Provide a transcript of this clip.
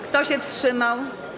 Kto się wstrzymał?